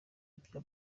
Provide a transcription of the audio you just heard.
vya